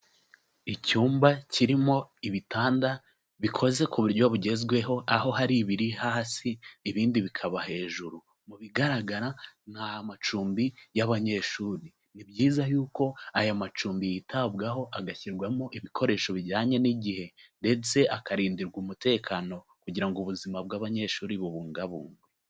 Icyumba kirimo ibitanda bikoze ku buryo bugezweho aho hari ibiri hasi ibindi bikaba hejuru, mu bigaragara ni amacumbi y'abanyeshuri, ni byiza y'uko aya macumbi yitabwaho agashyirwamo ibikoresho bijyanye n'igihe ndetse akarindirwa umutekano kugira ngo ubuzima bw'abanyeshuri bubungabungwe.